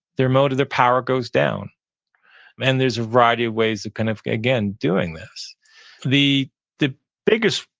their mode of the power goes down and there's a variety of ways of kind of, again doing this the the biggest,